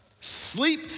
Sleep